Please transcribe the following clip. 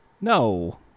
No